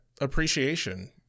appreciation